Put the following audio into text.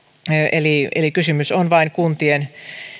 eli eli kysymys on vain kuntien